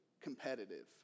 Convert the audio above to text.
competitive